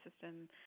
system